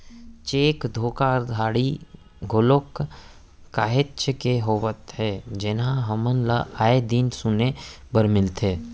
cheque धोखाघड़ी घलोक काहेच के होवत हे जेनहा हमन ल आय दिन सुने बर मिलथे